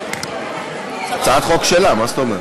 על מה נשמע?